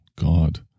God